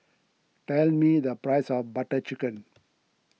tell me the price of Butter Chicken